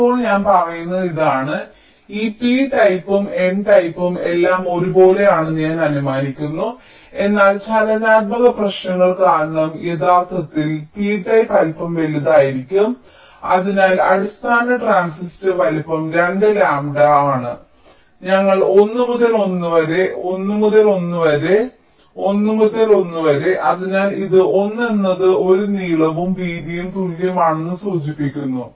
ഇപ്പോൾ ഞാൻ പറയുന്നത് ഇതാണ് ഈ p ടൈപ്പും n ടൈപ്പും എല്ലാം ഒരുപോലെയാണെന്ന് ഞാൻ അനുമാനിക്കുന്നു എന്നാൽ ചലനാത്മക പ്രശ്നങ്ങൾ കാരണം യഥാർത്ഥത്തിൽ p ടൈപ്പ് അല്പം വലുതായിരിക്കും അതിനാൽ അടിസ്ഥാന ട്രാൻസിസ്റ്റർ വലുപ്പം 2 ലാംഡ 2 ആണ് ലാംബഡ ഞങ്ങൾ 1 മുതൽ 1 വരെ 1 മുതൽ 1 വരെ 1 മുതൽ 1 വരെ 1 മുതൽ 1 വരെ അതിനാൽ ഇത് 1 എന്നത് 1 നീളവും വീതിയും തുല്യമാണെന്നാണ് സൂചിപ്പിക്കുന്നത്